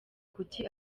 kuki